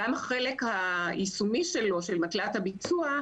גם החלק היישומי שלו של מטלת הביצוע,